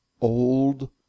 old